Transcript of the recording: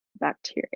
bacteria